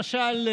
למשל,